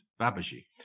Babaji